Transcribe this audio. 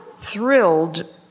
Thrilled